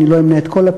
ואני לא אמנה את הכול.